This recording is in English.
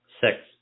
Six